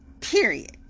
Period